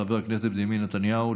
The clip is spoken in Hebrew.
חבר הכנסת בנימין נתניהו,